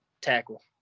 tackle